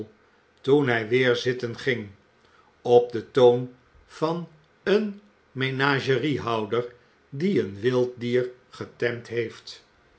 toen hij weer zitten ging op den toon van een menagerie houder die een wild dier getemd heeft